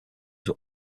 were